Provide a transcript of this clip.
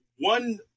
One